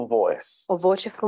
voice